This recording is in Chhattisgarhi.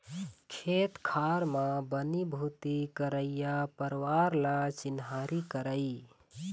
खेत खार म बनी भूथी करइया परवार ल चिन्हारी करई